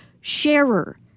sharer